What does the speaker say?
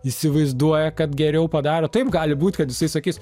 įsivaizduoja kad geriau padaro taip gali būt kad jisai sakys